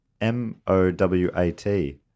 M-O-W-A-T